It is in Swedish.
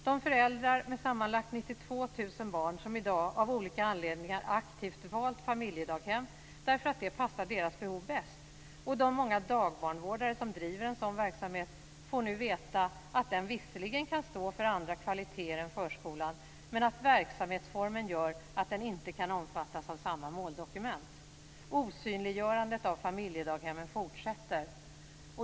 De föräldrar med sammanlagt 92 000 barn som i dag av olika anledningar aktivt valt familjedaghem därför att det passar deras behov bäst och de många dagbarnvårdare som driver en sådan verksamhet får nu veta att den visserligen kan stå för andra kvaliteter än förskolan men att verksamhetsformen gör att den inte kan omfattas av samma måldokument. Osynliggörandet av familjedaghemmen fortsätter.